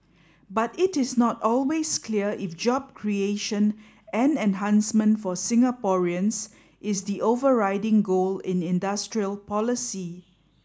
but it is not always clear if job creation and enhancement for Singaporeans is the overriding goal in industrial policy